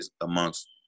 amongst